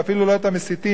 ואפילו לא את המסיתים,